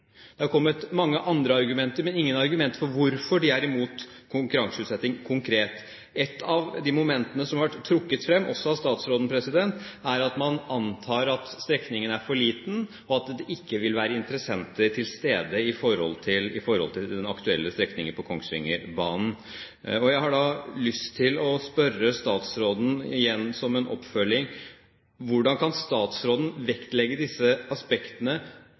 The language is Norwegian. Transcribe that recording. Det har kommet mange andre argumenter, men ingen argumenter for hvorfor de er imot konkurranseutsetting konkret. Et av de momentene som har vært trukket frem, også av statsråden, er at man antar at strekningen er for liten, og at det ikke vil være interessenter til stede når det gjelder den aktuelle strekningen på Kongsvingerbanen. Jeg har da lyst til å spørre statsråden igjen, som en oppfølging: Hvordan kan statsråden vektlegge disse aspektene